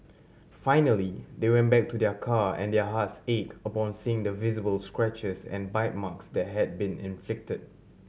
finally they went back to their car and their hearts ache upon seeing the visible scratches and bite marks that had been inflicted